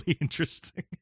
interesting